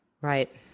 Right